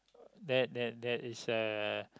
that that that is a